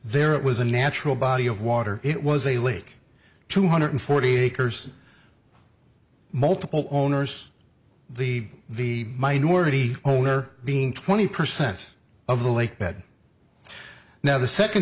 there was a natural body of water it was a leak two hundred forty acres multiple owners the minority owner being twenty percent of the lake bed now the second